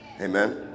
amen